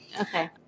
Okay